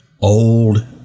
old